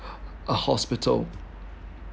a hospital